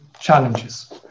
Challenges